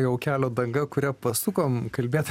jau kelio danga kuria pasukom kalbėt